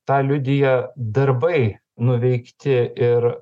tą liudija darbai nuveikti ir